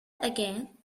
again